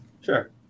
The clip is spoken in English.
Sure